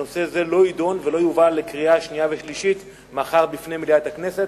שנושא זה לא יידון ולא יובא לקריאה שנייה ושלישית מחר בפני מליאת הכנסת.